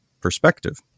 perspective